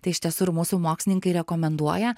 tai iš tiesų ir mūsų mokslininkai rekomenduoja